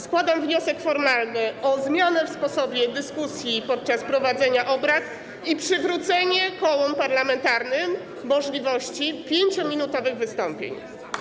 Składam wniosek formalny o zmianę w sposobie dyskusji podczas prowadzenia obrad i przywrócenie kołom parlamentarnym możliwości 5-minutowych wystąpień.